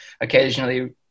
Occasionally